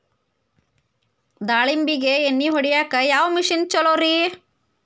ದಾಳಿಂಬಿಗೆ ಎಣ್ಣಿ ಹೊಡಿಯಾಕ ಯಾವ ಮಿಷನ್ ಛಲೋರಿ?